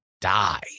die